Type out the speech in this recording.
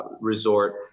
resort